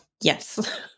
Yes